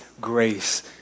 grace